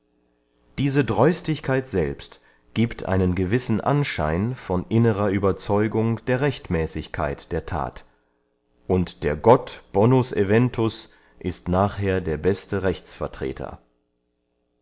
diese dreustigkeit selbst giebt einen gewissen anschein von innerer ueberzeugung der rechtmäßigkeit der that und der gott bonus euentus ist nachher der beste